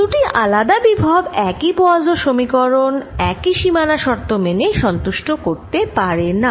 দুটি আলাদা বিভব একই পোয়াসোঁ সমীকরণ একই সীমানা শর্ত মেনে সন্তুষ্ট করতে পারেনা